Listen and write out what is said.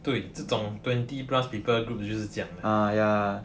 对这种 twenty plus people group 就是这样的 loh